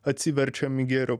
atsiverčiam į gėrio